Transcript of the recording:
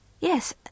Yes